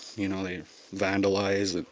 you know, they vandalize,